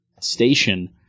station